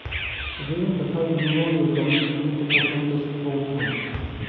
ऋण तथा यूरो निर्गम वित्त पोषण के स्रोत है